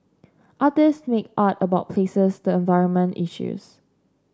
artists make art about places the environment issues